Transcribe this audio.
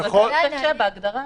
הוא יותר קשה, בהגדרה.